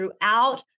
throughout